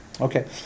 Okay